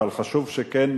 אבל חשוב שכן,